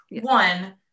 One